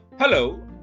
Hello